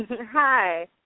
Hi